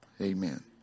Amen